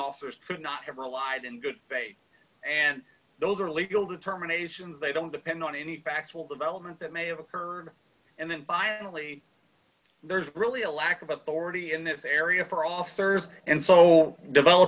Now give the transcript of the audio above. officers not have relied in good faith and those are legal determinations they don't depend on any factual development that may have occurred and then finally there's really a lack of authority in this area for officers and so develop